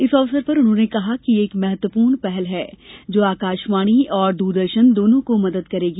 इस अवसर पर उन्होंने कहा कि यह एक महत्वपूर्ण पहल है जो आकाशवाणी और द्रदर्शन दोनों को मदद करेगी